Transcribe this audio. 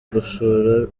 gusura